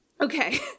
Okay